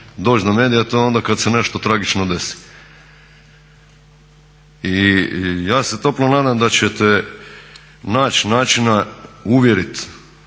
doći do medija to je onda kad se nešto tragično desi. I ja se toplo nadam da ćete naći načina uvjerit